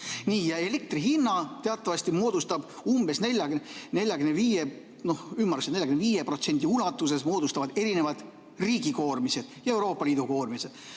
absurd. Elektri hinna teatavasti ümmarguselt 45% ulatuses moodustavad erinevad riigikoormised ja Euroopa Liidu koormised.